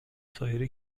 سایر